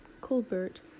Colbert